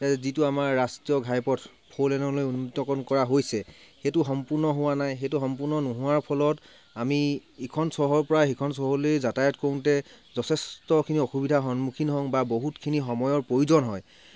এ যিটো আমাৰ ৰাষ্ট্ৰীয় ঘাই পথ ফ'ৰ লে'নলৈ উন্নীতকৰণ কৰা হৈছে সেইটো সম্পূৰ্ণ হোৱা নাই সেইটো সম্পূৰ্ণ নোহোৱাৰ ফলত আমি ইখন চহৰৰ পৰা সিখন চহৰলৈ যাতায়াত কৰোতে যথেষ্টখিনি অসুবিধাৰ সন্মুখীন হওঁ বা বহুতখিনি সময়ৰ প্ৰয়োজন হয়